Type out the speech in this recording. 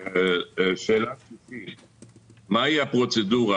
מהי הפרוצדורה?